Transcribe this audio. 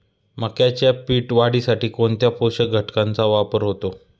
मक्याच्या पीक वाढीसाठी कोणत्या पोषक घटकांचे वापर होतो?